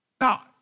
Now